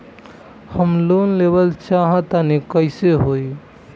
हम लोन लेवल चाह तानि कइसे होई?